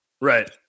right